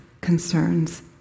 concerns